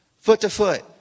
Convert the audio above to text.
foot-to-foot